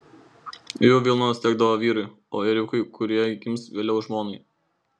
jų vilnos tekdavo vyrui o ėriukai kurie gims vėliau žmonai